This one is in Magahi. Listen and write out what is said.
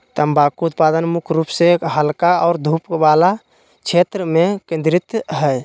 तम्बाकू उत्पादन मुख्य रूप से हल्का और धूप वला क्षेत्र में केंद्रित हइ